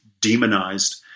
demonized